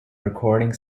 recording